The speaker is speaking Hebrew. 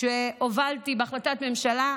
שהובלתי בהחלטת ממשלה,